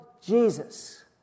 Jesus